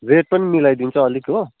rate पनि मिलाइदिन्छु अलिक हो